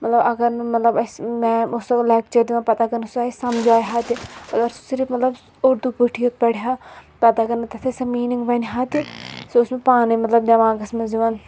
مَطلَب اَگَر نہٕ مَطلَب اَسہِ میم ٲس سۄ ٲس لؠکچَر دِوان پَتہٕ اَگر نہٕ سۄ اَسہِ سَمجایہِ ہا تہِ اَگر سۄ صرِف مَطلَب اردوٗ پٲٹھی یوت پَرِہا پَتہٕ اَگر نہٕ تتھ اَسہِ سۄ میٖنِٛنِگ تہِ وَنہِ ہا تہِ سُہ اوس مے پانَے مَطلَب دؠماغَس منٛز یِوان